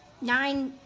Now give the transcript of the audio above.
Nine